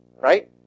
right